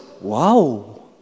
Wow